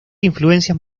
influencias